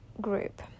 group